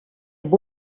amb